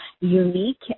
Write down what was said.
unique